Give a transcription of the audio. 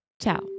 Ciao